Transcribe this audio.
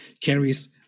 carries